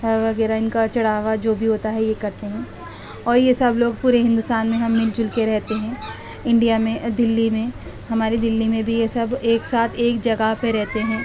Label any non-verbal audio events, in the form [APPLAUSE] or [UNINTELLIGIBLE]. [UNINTELLIGIBLE] وغیرہ ان کا چڑھاوا جو بھی ہوتا ہے یہ کرتے ہیں اور یہ سب لوگ پورے ہندوستان میں ہم مل جل کے رہتے ہیں انڈیا میں دہلی میں ہمارے دہلی میں بھی یہ سب ایک ساتھ ایک جگہ پہ رہتے ہیں